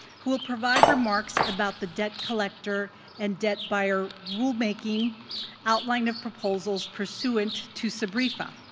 who will provide remarks about the debt collector and debt buyer rulemaking outline of proposals pursuant to sbrefa.